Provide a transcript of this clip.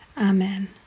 Amen